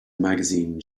magazine